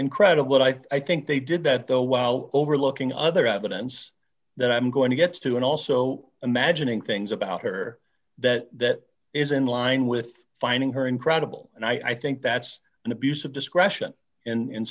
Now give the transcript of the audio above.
incredible i think they did that though wow overlooking other evidence that i'm going to get to and also imagining things about her that is in line with finding her incredible and i think that's an abuse of discretion in